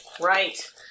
Right